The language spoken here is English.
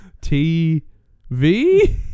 T-V